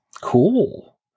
cool